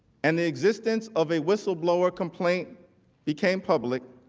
and the existence of a whistleblower complaint became public,